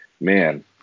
man